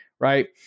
right